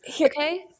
Okay